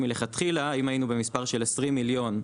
מלכתחילה אם היינו במספר של 20 מיליון,